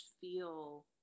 feel